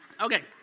Okay